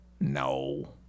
No